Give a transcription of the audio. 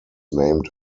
named